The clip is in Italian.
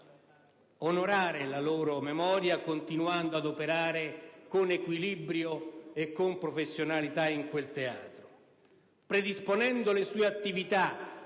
onorare la loro memoria continuando ad operare con equilibrio e professionalità in quel teatro, predisponendo la sua attività